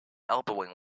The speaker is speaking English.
elbowing